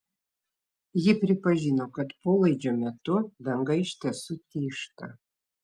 ji pripažino kad polaidžio metu danga iš tiesų tyžta